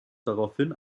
daraufhin